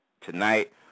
tonight